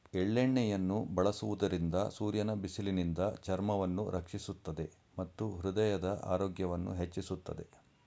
ಎಳ್ಳೆಣ್ಣೆಯನ್ನು ಬಳಸುವುದರಿಂದ ಸೂರ್ಯನ ಬಿಸಿಲಿನಿಂದ ಚರ್ಮವನ್ನು ರಕ್ಷಿಸುತ್ತದೆ ಮತ್ತು ಹೃದಯದ ಆರೋಗ್ಯವನ್ನು ಹೆಚ್ಚಿಸುತ್ತದೆ